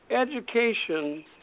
Education